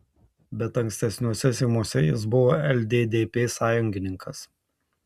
bet ankstesniuose seimuose jis buvo lddp sąjungininkas